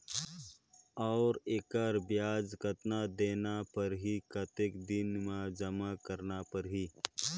और एकर ब्याज कतना देना परही कतेक दिन मे जमा करना परही??